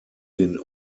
den